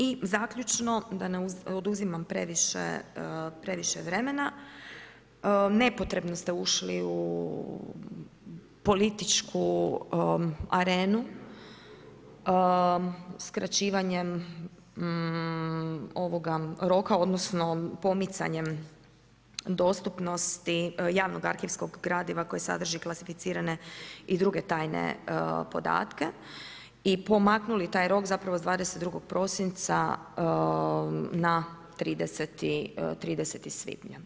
I zaključno, da ne oduzimam previše vremena, nepotrebno ste ušli u političku arenu, skraćivanjem ovoga roka, odnosno pomicanjem, dostupnosti javnog arhivskog gradiva koji sadrži klasificirane i druge tajne podatke i pomaknuli taj rok sa 22. prosinca na 30. svibnja.